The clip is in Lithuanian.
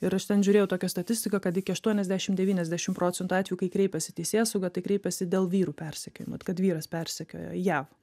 ir aš ten žiūrėjau tokią statistiką kad iki aštuoniasdešim devyniasdešim procentų atvejų kai kreipiasi į teisėsaugą tai kreipiasi dėl vyrų persekiojimo kad vyras persekioja jav